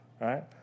right